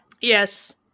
Yes